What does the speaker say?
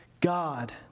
God